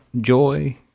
joy